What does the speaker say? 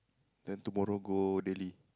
then tomorrow go daily